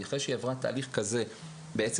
אחרי שהיא עברה תהליך כזה בקיבוץ,